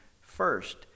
first